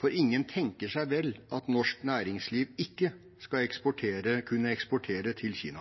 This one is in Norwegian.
For ingen tenker seg vel at norsk næringsliv ikke skal kunne eksportere til Kina?